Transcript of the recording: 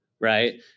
Right